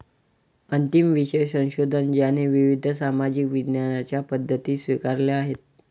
अंतिम विषय संशोधन ज्याने विविध सामाजिक विज्ञानांच्या पद्धती स्वीकारल्या आहेत